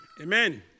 Amen